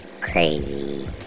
crazy